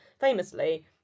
famously